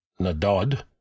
Nadod